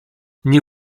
nie